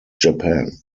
japan